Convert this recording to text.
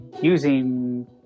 using